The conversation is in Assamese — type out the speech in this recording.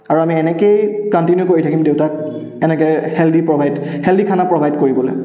আৰু আমি এনেকৈয়ে কণ্টিনিউ কৰি থাকিম দেউতাক এনেকৈ হেল্ডি প্ৰভাইড হেল্ডি খানা প্ৰভাইড কৰিবলৈ